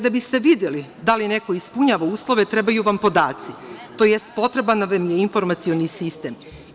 Da biste vi videli da li neko ispunjava uslove trebaju vam podaci, tj. potreban vam je informacioni sistem.